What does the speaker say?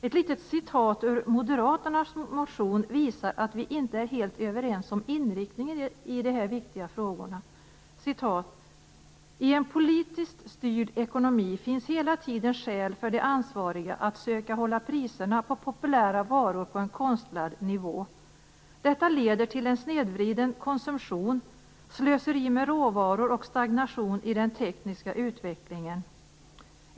Ett litet citat ur moderaternas motion visar att vi inte är helt överens om inriktningen i de här frågorna: "I en politiskt styrd ekonomi finns hela tiden skäl för de ansvariga att söka hålla priserna på populära varor på en konstlad nivå. Detta leder till en snedvriden konsumtion, slöseri med råvaror och stagnation i den tekniska utvecklingen.